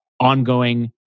ongoing